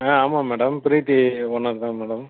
ஆ ஆமாம் madam Preethi owner தான் madam